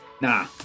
Nah